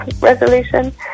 resolution